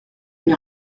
n’ai